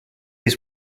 his